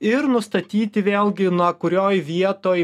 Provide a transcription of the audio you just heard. ir nustatyti vėlgi na kurioj vietoj